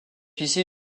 issue